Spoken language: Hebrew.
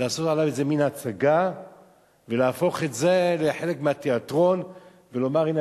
היא לעשות עליו איזה מין הצגה ולהפוך את זה לחלק מהתיאטרון ולומר: הנה,